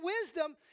wisdom